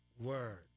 word